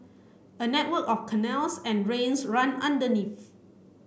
a network of canals and drains run underneath